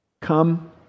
come